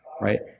Right